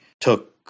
took